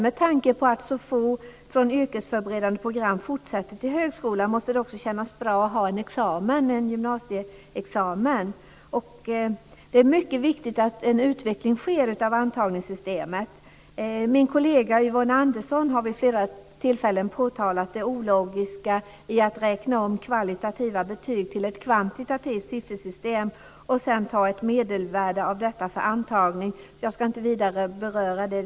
Med tanke på att så få från yrkesförberedande program fortsätter till högskola måste det också kännas bra för dessa elever att ha en gymnasieexamen. Det är mycket viktigt att det sker en utveckling av antagningssystemet. Min kollega Yvonne Andersson har vid flera tillfällen påtalat det ologiska i att räkna om kvalitativa betyg till ett kvantitativt siffersystem och sedan använda ett medelvärde av detta för antagning. Jag ska inte vidare beröra detta.